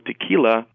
tequila